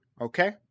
okay